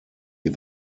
die